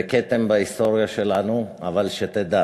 זה כתם בהיסטוריה שלנו, אבל שתדע